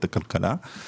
קרה הדבר במקרה